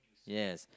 yes